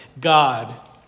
God